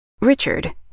Richard